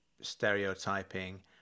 stereotyping